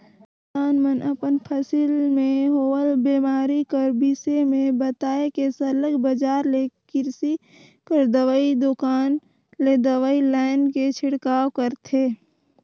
किसान मन अपन फसिल में होवल बेमारी कर बिसे में बताए के सरलग बजार ले किरसी कर दवई दोकान ले दवई लाएन के छिड़काव करथे